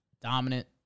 Dominant